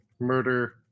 Murder